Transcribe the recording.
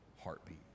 heartbeat